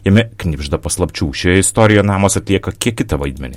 jame knibžda paslapčių šioje istorijoje namas atlieka kiek kitą vaidmenį